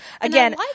again